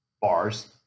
bars